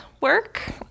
work